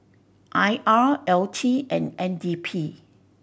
I R L T and N D P